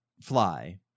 fly